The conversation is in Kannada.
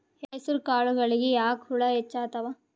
ಹೆಸರ ಕಾಳುಗಳಿಗಿ ಯಾಕ ಹುಳ ಹೆಚ್ಚಾತವ?